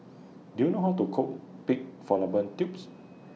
Do YOU know How to Cook Pig Fallopian Tubes